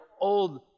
old